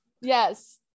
yes